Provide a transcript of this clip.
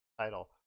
title